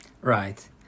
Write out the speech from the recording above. Right